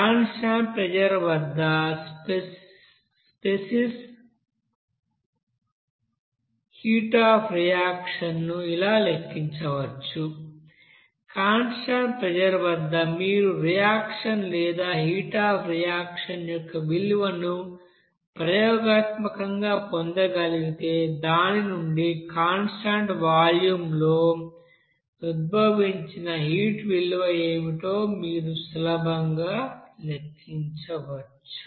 constant pressure వద్ద species heat of reaction ను ఇలా లెక్కించవచ్చు కాన్స్టాంట్ ప్రెజర్ వద్ద మీరు రియాక్షన్ లేదా హీట్ అఫ్ రియాక్షన్ యొక్క విలువను ప్రయోగాత్మకంగా పొందగలిగితే దాని నుండి కాన్స్టాంట్ వాల్యూమ్లో ఉద్భవించిన హీట్ విలువ ఏమిటో మీరు సులభంగా లెక్కించవచ్చు